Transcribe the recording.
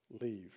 leave